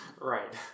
Right